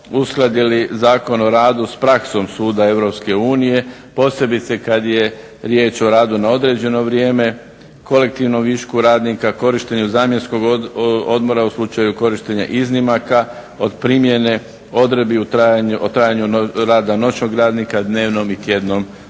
uskladili Zakon o radu s praksom Suda EU posebice kada je riječ o radu na određeno vrijeme, kolektivnom višku radnika, korištenju zamjenskog odmora u slučaju korištenja iznimaka, od primjene odredbi u trajanju rada noćnog radnika, dnevnom i tjednom